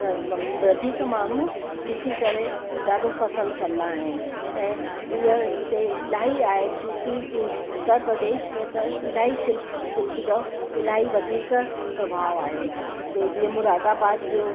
प वधीक माण्हू ॾिसी करे ॾाढो पसंदि कंदा आहिनि ऐं जीअं हिते इलाही आहे यूपी उत्तर प्रदेश में त इलाही शिल्प शिल्प जा इलाही वधीक प्रभाव आहे हिते जीअं मुरादाबाद जो